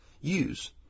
use